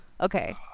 Okay